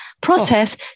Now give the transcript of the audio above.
process